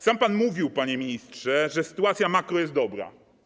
Sam pan mówił, panie ministrze, że sytuacja makro jest dobra.